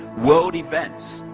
world events,